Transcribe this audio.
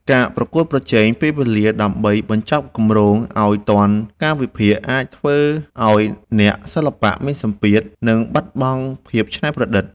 ការប្រកួតប្រជែងពេលវេលាដើម្បីបញ្ចប់គម្រោងឱ្យទាន់កាលវិភាគ អាចធ្វើឱ្យអ្នកសិល្បៈមានសម្ពាធ និងបាត់បង់ភាពច្នៃប្រឌិត។